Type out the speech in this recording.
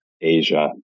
Asia